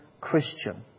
Christian